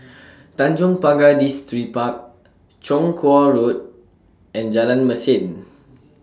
Tanjong Pagar Distripark Chong Kuo Road and Jalan Mesin